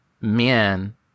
men